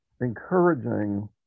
encouraging